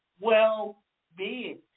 well-being